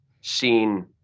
seen